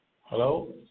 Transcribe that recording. Hello